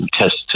test